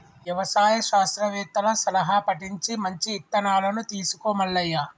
యవసాయ శాస్త్రవేత్తల సలహా పటించి మంచి ఇత్తనాలను తీసుకో మల్లయ్య